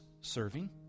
serving